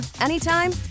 anytime